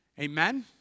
Amen